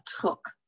took